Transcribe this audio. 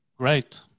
Great